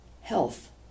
health